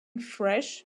fresh